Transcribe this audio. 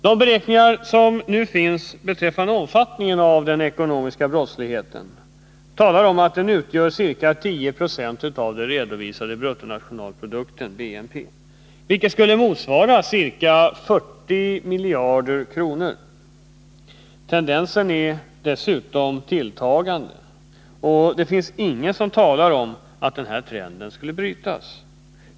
De beräkningar som nu finns beträffande omfattningen av den ekonomiska brottsligheten talar om att den utgör ca 10 926 av den redovisade bruttonationalprodukten, vilket skulle motsvara ca 40 miljarder kronor. Tendensen är dessutom tilltagande, och det finns inget som talar för att denna trend skulle brytas.